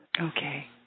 Okay